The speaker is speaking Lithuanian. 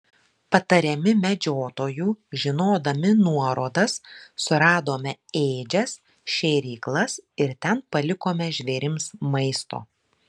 patariami medžiotojų žinodami nuorodas suradome ėdžias šėryklas ir ten palikome žvėrims maisto